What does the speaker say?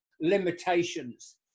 limitations